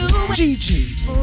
Gigi